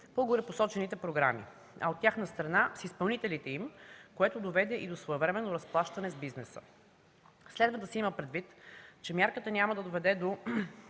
по горепосочените програми, а от тяхна страна с изпълнителите им, което доведе и до своевременно разплащане с бизнеса. Следва да се има предвид, че мярката няма да доведе до